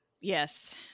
yes